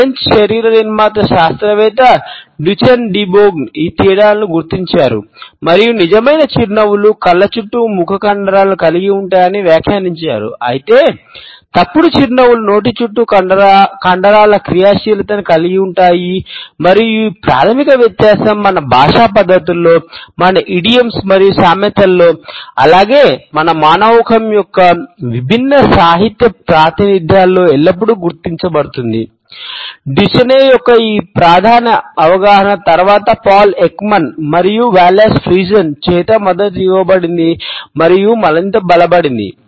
French శరీర నిర్మాణ శాస్త్రవేత్త డుచెన్ డి బౌలోగ్నే చేత మద్దతు ఇవ్వబడింది మరియు మరింత బలపడింది